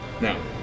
Now